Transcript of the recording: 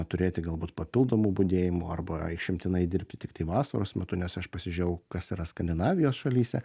turėti galbūt papildomų budėjimų arba išimtinai dirbti tiktai vasaros metu nes aš pasižiūrėjau kas yra skandinavijos šalyse